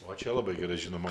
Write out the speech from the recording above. o čia labai gerai žinoma